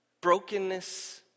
Brokenness